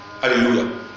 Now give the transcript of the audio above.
Hallelujah